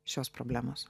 šios problemos